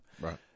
Right